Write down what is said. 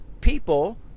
People